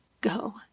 go